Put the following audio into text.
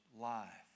life